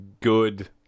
good